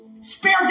spare